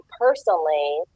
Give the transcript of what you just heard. personally